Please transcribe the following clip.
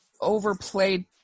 overplayed